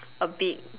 a big